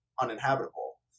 uninhabitable